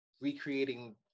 recreating